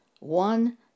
One